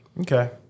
okay